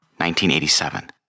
1987